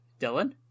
Dylan